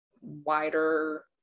wider